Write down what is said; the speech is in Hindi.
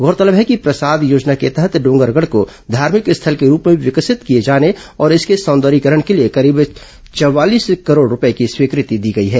गौरतलब है कि प्रसाद योजना के तहत डोंगरगढ़ को धार्मिक स्थल के रूप में विकसित किए जाने और इसके सौंदर्यीकरण के लिए करीब चवालीस करोड रूपये की स्वीकृति दी गई है